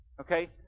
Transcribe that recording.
okay